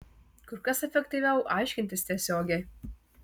kur kas efektyviau aiškintis tiesiogiai